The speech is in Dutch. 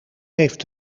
heeft